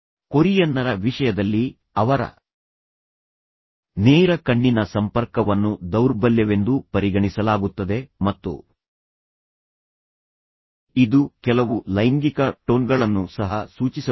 ಕೊರಿಯನ್ನರ ವಿಷಯದಲ್ಲಿ ಅವರ ನೇರ ಕಣ್ಣಿನ ಸಂಪರ್ಕವನ್ನು ದೌರ್ಬಲ್ಯವೆಂದು ಪರಿಗಣಿಸಲಾಗುತ್ತದೆ ಮತ್ತು ಇದು ಕೆಲವು ಲೈಂಗಿಕ ಟೋನ್ಗಳನ್ನು ಸಹ ಸೂಚಿಸಬಹುದು